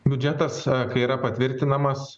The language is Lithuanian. biudžetas kai yra patvirtinamas